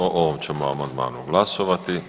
O ovom ćemo amandmanu glasovati.